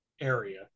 area